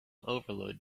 overload